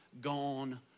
gone